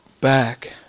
back